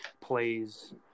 plays